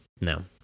no